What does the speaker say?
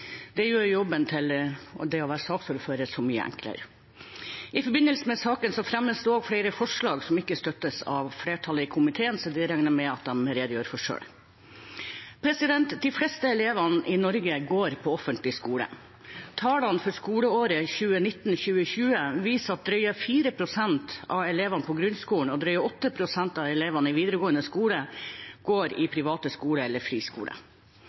Det gjør jobben som saksordfører så mye enklere. I forbindelse med saken fremmes det også flere forslag som ikke støttes av flertallet i komiteen, og det regner jeg med at de redegjør for selv. De fleste elevene i Norge går på offentlig skole. Tallene for skoleåret 2019–2020 viser at drøye 4 pst. av elevene i grunnskolen og drøye 8 pst. av elevene i videregående skole går på private skoler, friskoler. I